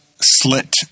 slit